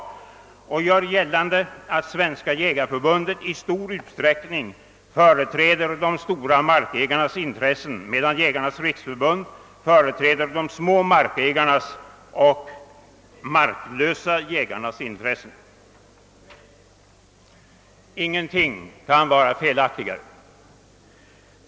Motionärerna gör gällande att Svenska jägareförbundet i stor utsträckning företräder de stora markägarnas intressen, medan Jägarnas riksförbund företräder de små markägarnas och de marklösa jägarnas intressen. Ingenting kan vara felaktigare.